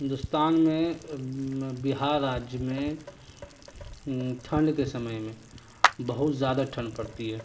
ہندوستان میں بہار راجیہ میں ٹھنڈ کے سمے میں بہت زیادہ ٹھنڈ پڑتی ہے